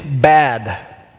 bad